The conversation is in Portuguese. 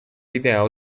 ideal